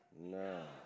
No